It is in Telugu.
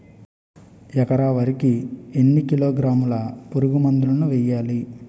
ఎకర వరి కి ఎన్ని కిలోగ్రాముల పురుగు మందులను వేయాలి?